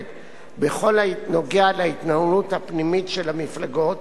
בכל הנוגע להתנהלות הפנימית של המפלגות